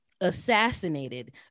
assassinated